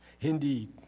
Indeed